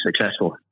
successful